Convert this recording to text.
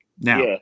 Now